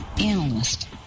analyst